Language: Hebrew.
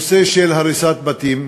בנושא של הריסת בתים.